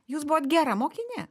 jūs buvot gera mokinė